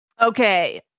Okay